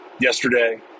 Yesterday